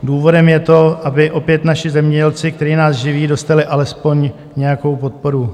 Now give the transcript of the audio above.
Důvodem je to, aby opět naši zemědělci, kteří nás živí, dostali alespoň nějakou podporu.